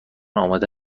آماده